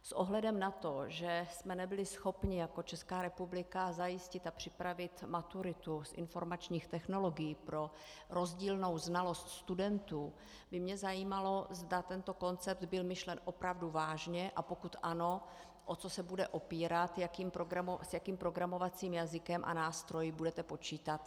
S ohledem na to, že jsme nebyli schopni jako Česká republika zajistit a připravit maturitu z informačních technologií pro rozdílnou znalost studentů, by mě zajímalo, zda tento koncept byl myšlen opravdu vážně, a pokud ano, o co se bude opírat, s jakým programovacím jazykem a nástroji budete počítat.